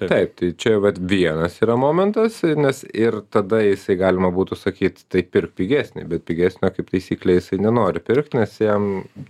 taip tai čia vat vienas yra momentas e nes ir tada jisai galima būtų sakyt tai pirk pigesnį bet pigesnio kaip taisyklė jisai nenori pirkt nes jam